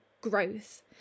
growth